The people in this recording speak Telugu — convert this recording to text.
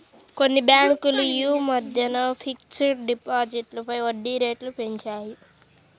కొన్ని బ్యేంకులు యీ మద్దెనే ఫిక్స్డ్ డిపాజిట్లపై వడ్డీరేట్లను పెంచాయి